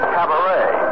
Cabaret